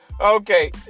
Okay